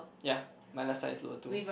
ya my left side is lower too